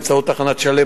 באמצעות תחנת "שלם",